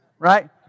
Right